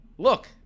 Look